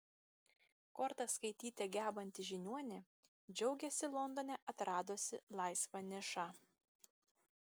kortas skaityti gebanti žiniuonė džiaugiasi londone atradusi laisvą nišą